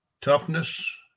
toughness